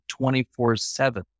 24-7